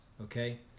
okay